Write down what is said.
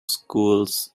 schools